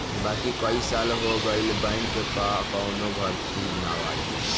बाकी कई साल हो गईल बैंक कअ कवनो भर्ती ना आईल